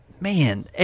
man